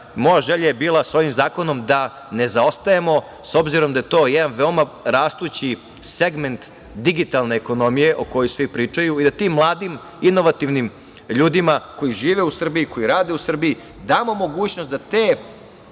Moja želja je bila da sa ovim zakonom ne zaostajemo, s obzirom da je to jedan veoma rastući segment digitalne ekonomije o kojoj svi pričaju i da tim mladim, inovativnim ljudima, koji žive u Srbiji, koji rade u Srbiji, damo mogućnost da te